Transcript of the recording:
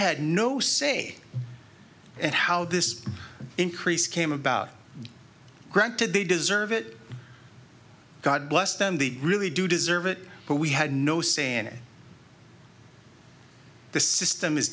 had no say and how this increase came about granted they deserve it god bless them they really do deserve it but we had no say in it the system is